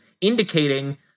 indicating